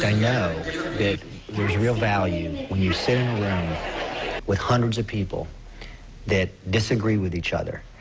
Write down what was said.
yeah know there's real value when you sit in a room with hundreds of people that disagree with each other